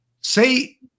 say